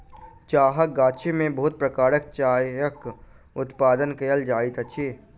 चाहक गाछी में बहुत प्रकारक चायक उत्पादन कयल जाइत अछि